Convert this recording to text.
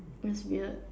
it's weird